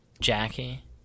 Jackie